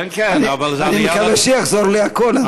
כן כן, אבל, אני מקווה שיחזור לי הקול עד אז.